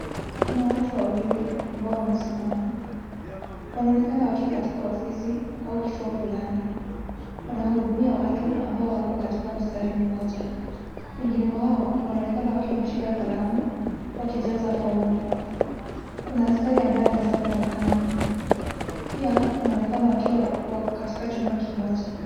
Kuna watu wawili, ambao wamesimama, wanaonekana wakiwa katika ofisi, au kituo fulani, wana hudumia watu ambao wapo katika mstari mmoja, wengine wao, wanaonekana wakiwa wameshika kalamu, wakijaza fomu, kuna askari ambaye anaeza kuonekana, pia, wanaonekana wakiwa wa, katika chumba kimoja.